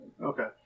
Okay